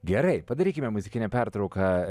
gerai padarykime muzikinę pertrauką